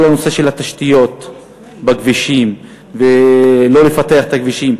הנושא של תשתיות הכבישים ולא לפתח את הכבישים.